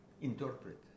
interpret